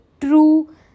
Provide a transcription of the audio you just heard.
true